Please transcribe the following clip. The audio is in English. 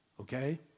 Okay